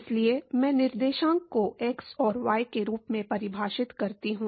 इसलिए मैं निर्देशांक को x और y के रूप में परिभाषित करता हूं